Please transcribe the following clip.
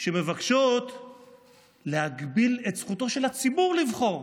שמבקשות להגביל את זכותו של הציבור לבחור.